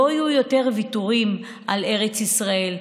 לא יהיו יותר ויתורים על ארץ ישראל,